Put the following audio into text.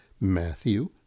Matthew